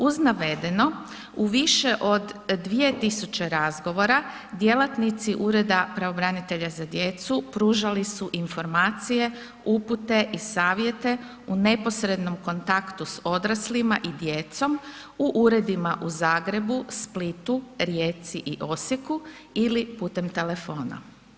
Uz navedeno u više od 2 tisuće razgovora, djelatnici Ureda pravobranitelja za djecu pružali su informacije, upute i savjete u neposrednom kontaktu s odraslima i djecom u uredima u Zagrebu, Splitu, Rijeci i Osijeku ili putem telefona.